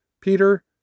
Peter